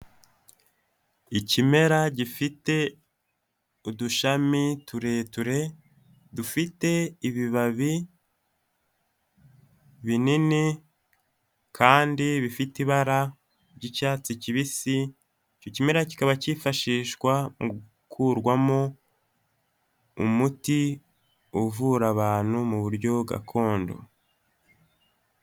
Ikimera gifite udushami tureture, dufite ibibabi binini kandi bifite ibara ry'icyatsi kibisi. kikaba kifashishwa mu gukurwamo umuti uvura abantu mu buryo gakondo.